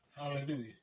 Hallelujah